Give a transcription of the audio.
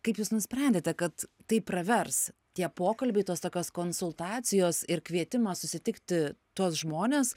kaip jūs nusprendėte kad tai pravers tie pokalbiai tos tokios konsultacijos ir kvietimas susitikti tuos žmones